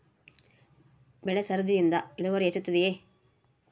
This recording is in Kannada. ಬೆಳೆ ಸರದಿಯಿಂದ ಇಳುವರಿ ಹೆಚ್ಚುತ್ತದೆಯೇ?